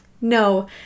No